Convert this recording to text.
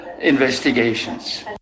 investigations